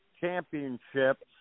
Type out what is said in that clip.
championships